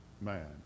man